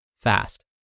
fast